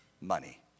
money